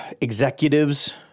executives